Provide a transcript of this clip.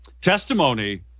testimony